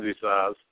size